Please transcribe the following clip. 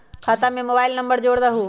खाता में mobile number जोड़ दहु?